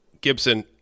Gibson